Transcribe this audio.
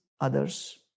others